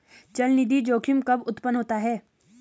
चलनिधि जोखिम कब उत्पन्न होता है?